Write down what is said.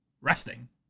resting